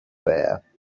bear